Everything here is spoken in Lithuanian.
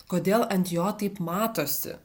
kodėl ant jo taip matosi